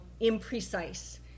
imprecise